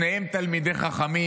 שניהם תלמידי חכמים.